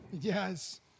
Yes